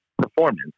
performance